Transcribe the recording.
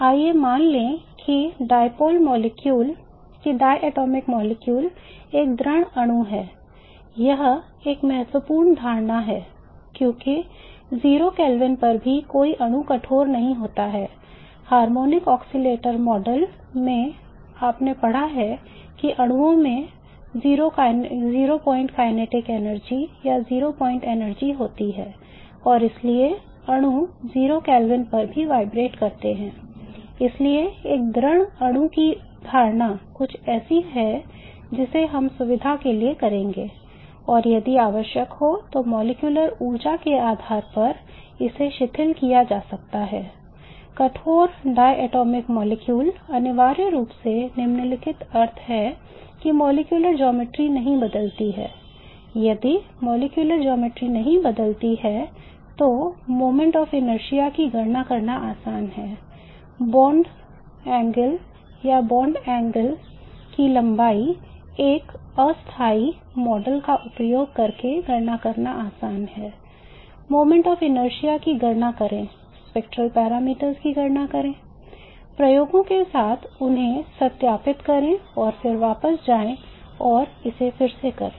आइए मान लें कि द्विपरमाणुक अणु की गणना करना आसान है बांड कोणों और बांड की लंबाई के एकअस्थायी मॉडल का उपयोग करके गणना करना आसान है moments of inertia की गणना करें spectral parameters की गणना करें प्रयोगों के साथ उन्हें सत्यापित करें और फिर वापस जाएं और इसे फिर से करें